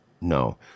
no